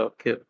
Okay